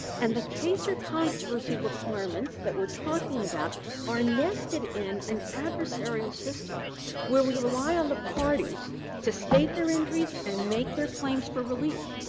and the case or controversy requirement that we're talking about are nested in an adversarial system where we rely on the parties to state their injuries and make their claims for relief.